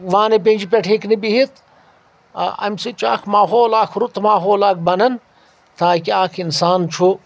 وانہٕ پیٚنٛجہِ پؠٹھ ہیٚکہِ نہٕ بِہِتھ اَمہِ سۭتۍ چھُ اکھ ماحول اَکھ رُت ماحول اَکھ بَنان تاکہِ اکھ اِنسان چھُ